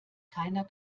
keiner